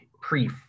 pre